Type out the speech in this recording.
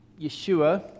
Yeshua